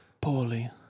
poorly